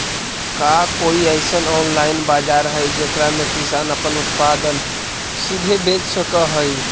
का कोई अइसन ऑनलाइन बाजार हई जेकरा में किसान अपन उत्पादन सीधे बेच सक हई?